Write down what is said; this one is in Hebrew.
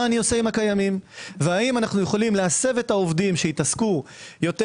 אני עושה עם הקיימים והאם אנו יכולים להסב את העובדים שהתעסקו יותר